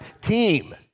team